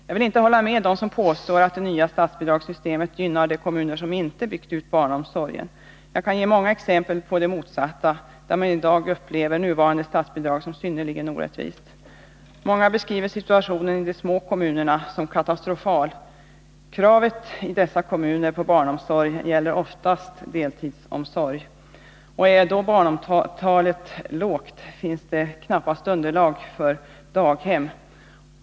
Jag vill inte hålla med dem som påstår att det nya statsbidragssystemet gynnar de kommuner som inte byggt ut barnomsorgen. Jag kan ge många exempel på det motsatta och på att man i dag upplever nuvarande statsbidragssystem som synnerligen orättvist. Många beskriver situationen i de små kommunerna som katastrofal. Kravet på barnomsorg i dessa kommuner gäller oftast deltidsomsorg. Är då barnantalet lågt, finns det knappast underlag för daghem.